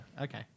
Okay